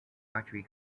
archery